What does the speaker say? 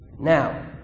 Now